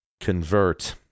convert